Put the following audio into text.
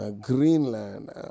Greenland